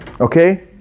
okay